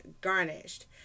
garnished